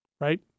right